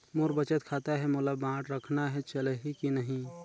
मोर बचत खाता है मोला बांड रखना है चलही की नहीं?